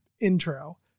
intro